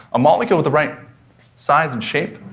a molecule with the right size and shape,